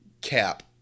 Cap